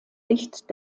licht